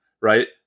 right